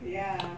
ya